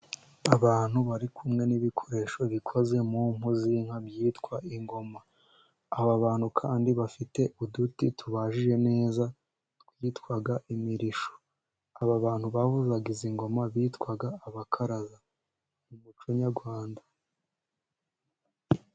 Abantu bari kumwe n'ibikoresho bikoze mu mpu z'inka, byitwa ingoma. Aba bantu kandi bafite uduti tubajije neza twitwa imirishyo. Aba bantu bavuza izi ngoma bitwa abakaraza mu muco nyarwanda.